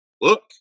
Look